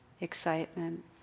excitement